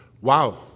wow